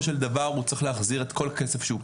של דבר הוא צריך להחזיר את כל הכסף שהוא קיבל.